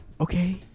Okay